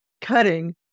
cutting